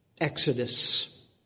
exodus